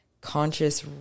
conscious